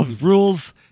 rules